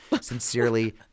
Sincerely